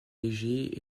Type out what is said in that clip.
léger